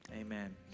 Amen